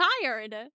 tired